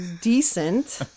decent